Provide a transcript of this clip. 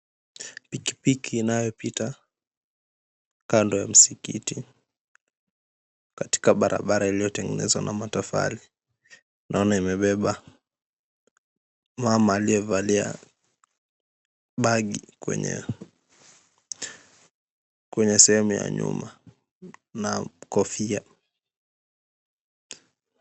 Pikipiki inayopita kando ya msikiti, katika barabara iliyotengenezwa na matofali. Naona imebeba mama aliyevalia bagi kwenye sehemu ya nyuma na kofia.